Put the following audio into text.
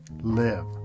live